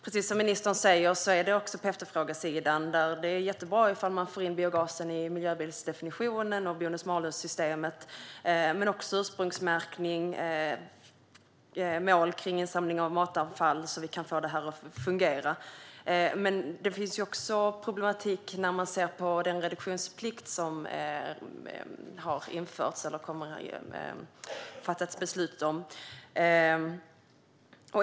Precis som ministern säger handlar det också om efterfrågesidan. Det är jättebra ifall man får in biogasen i miljöbilsdefinitionen och bonus-malus-systemet. Men det handlar också om ursprungsmärkning och mål för insamling av matavfall så att vi kan få det att fungera. Det finns också problematik när man ser på den reduktionsplikt som det kommer att fattas beslut om.